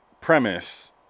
premise